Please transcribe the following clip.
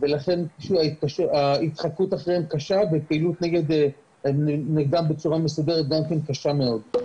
ולכן ההתחקות אחריהם קשה ופעילות נגדם בצורה מסודרת היא גם קשה מאוד.